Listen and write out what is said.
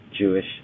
Jewish